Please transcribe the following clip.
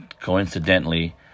coincidentally